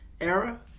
era